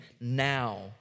now